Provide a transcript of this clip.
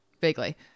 Vaguely